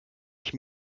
ich